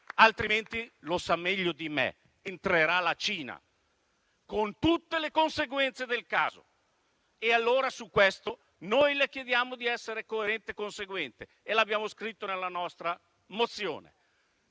Altrimenti, lo sa meglio di me: entrerà la Cina con tutte le conseguenze del caso. Allora, su questo noi le chiediamo di essere coerente e conseguente e l'abbiamo scritto nella nostra mozione.